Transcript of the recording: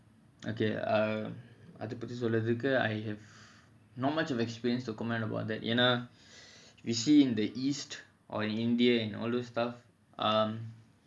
okay uh அதுபத்திசொல்றதுக்கு:adha paththi solrathuku I have not much of an experience to comment about that but you know you see in the east or in india all those stuff and um